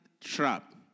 trap